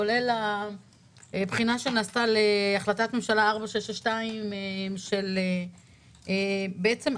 כולל הבחינה שנעשתה להחלטת ממשלה 4662 של עמותה,